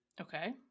Okay